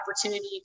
opportunity